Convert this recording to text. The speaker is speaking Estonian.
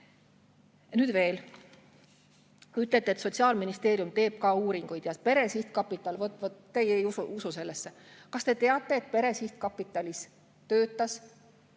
veel. Ütlete, et Sotsiaalministeerium teeb ka uuringuid ja Pere Sihtkapital, vot teie ei usu sellesse. Kas te teate, et Pere Sihtkapitalis töötas